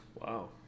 Wow